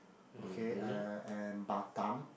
okay uh and Batam